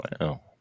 Wow